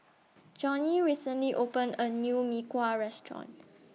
Johny recently opened A New Mee Kuah Restaurant